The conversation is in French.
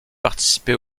participé